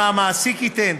מה המעסיק ייתן?